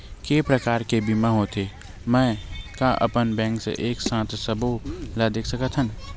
के प्रकार के बीमा होथे मै का अपन बैंक से एक साथ सबो ला देख सकथन?